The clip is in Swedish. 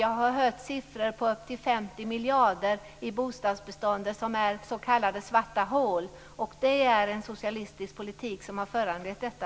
Jag har hört siffror på upp till 50 miljarder i bostadsbeståndet, som är s.k. svarta hål. Det är en socialistisk politik som föranlett detta.